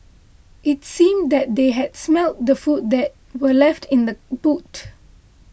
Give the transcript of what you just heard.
it seemed that they had smelt the food that were left in the boot